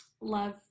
love